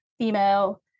female